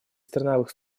страновых